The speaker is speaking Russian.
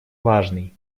важный